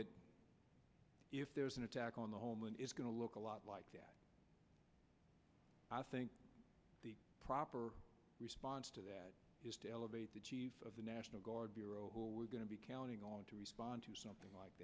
that if there's an attack on the homeland it's going to look a lot like i think the proper response to that elevate the chief of the national guard bureau who we're going to be counting on to respond to something like